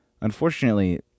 Unfortunately